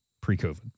pre-COVID